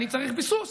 אני צריך ביסוס,